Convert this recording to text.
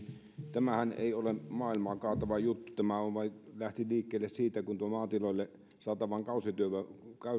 ei ole maailmaa kaatava juttu tämä vain lähti liikkeelle siitä kun tuon maatiloille saatavan kausityövoiman